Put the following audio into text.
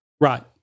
Right